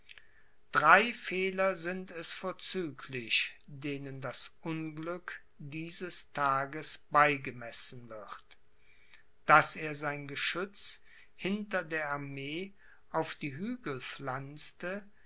drei fehler sind es vorzüglich denen das unglück dieses tages beigemessen wird daß er sein geschütz hinter der armee auf die hügel pflanzte